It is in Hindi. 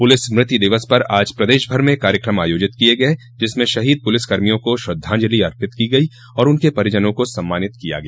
पुलिस स्मृति दिवस पर आज प्रदेश भर में कार्यक्रम आयोजित किये गये जिसमें शहीद पुलिसकर्मियों को श्रद्धांजलि अर्पित की गयी और उनके परिजनों को सम्मानित किया गया